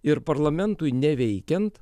ir parlamentui neveikiant